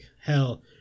hell